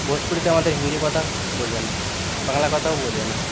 ভোজপুরিতে আমাদের হিন্দি কথা বোঝে না বাংলা কথাও বোঝে না